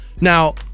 Now